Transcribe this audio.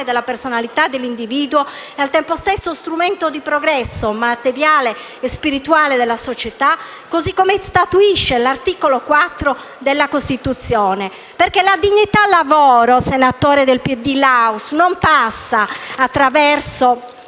della personalità dell'individuo e, nello stesso tempo, strumento di progresso materiale e spirituale della società, così come statuisce l'articolo 4 della Costituzione. La dignità del lavoro, infatti, senatore del PD Laus, non passa attraverso